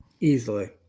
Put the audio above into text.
easily